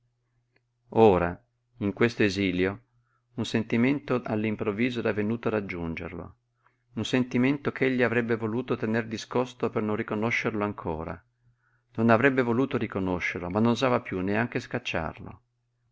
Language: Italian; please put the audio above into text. ora in questo esilio un sentimento all'improvviso era venuto a raggiungerlo un sentimento ch'egli avrebbe voluto tener discosto per non riconoscerlo ancora non avrebbe voluto riconoscerlo ma non osava piú neanche scacciarlo